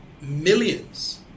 millions